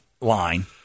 line